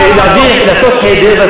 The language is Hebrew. ולעשות חדר,